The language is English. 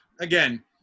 again